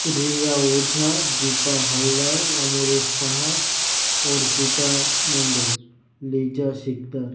Riya Ojha Dipa Haldar Amaresh Saha Arpita Mondal Liza Sikdar